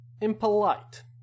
impolite